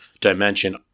dimension